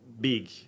big